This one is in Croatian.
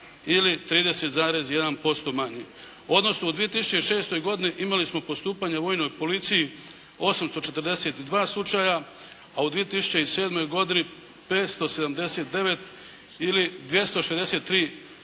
ili 30,1% manje, odnosno u 2006. godini imali smo postupanje u Vojnoj policiji 842 slučaja, a u 2007. godini 579 ili 263 puta